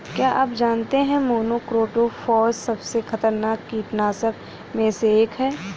क्या आप जानते है मोनोक्रोटोफॉस सबसे खतरनाक कीटनाशक में से एक है?